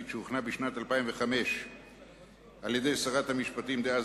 שהוכנה בשנת 2005 על-ידי שרת המשפטים דאז,